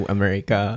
America